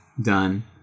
Done